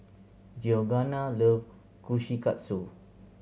Georganna love Kushikatsu